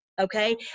okay